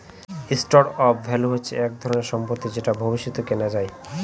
store of value হচ্ছে এক ধরনের সম্পত্তি যেটা ভবিষ্যতে কেনা যায়